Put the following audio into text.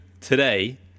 today